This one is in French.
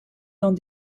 dans